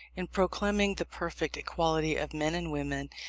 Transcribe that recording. in proclaiming the perfect equality of men and women,